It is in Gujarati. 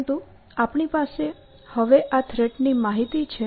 પરંતુ આપણી પાસે હવે આ થ્રેટ ની માહિતી છે